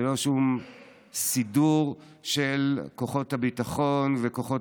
ללא שום סידור של כוחות הביטחון וכוחות